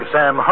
Sam